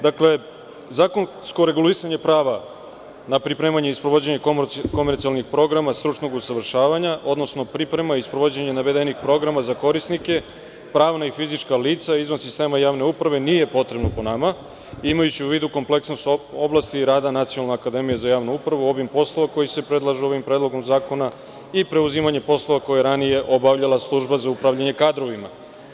Dakle, zakonsko regulisanje prava na pripremanje i sprovođenje komercijalnih programa stručnog usavršavanja, odnosno priprema i sprovođenje navedenih programa za korisnike, pravna i fizička lica izvan sistema javne uprave, nije potrebno po nama, imajući u vidu kompleksnost oblasti i rada nacionalne akademije za javnu upravu, obim poslova koji se predlažu ovim predlogom zakona i preuzimanje poslova koje je ranije obavljala služba za upravljanje kadrovima.